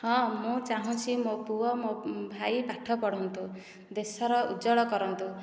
ହଁ ମୁଁ ଚାହୁଁଛି ମୋ ପୁଅ ମୋ ଭାଇ ପାଠ ପଢ଼ନ୍ତୁ ଦେଶର ଉଜ୍ଜ୍ୱଳ କରନ୍ତୁ